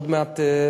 עוד מעט,